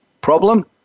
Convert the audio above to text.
problem